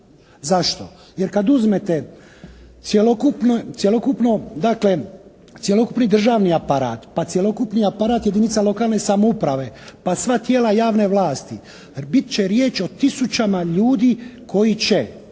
Zašto? Jer kad uzmete cjelokupno, dakle cjelokupni državni aparat, pa cjelokupni aparat jedinica lokalne samouprave, pa sva tijela javne vlasti bit će riječ o tisućama ljudi koji će